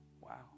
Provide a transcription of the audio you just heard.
Wow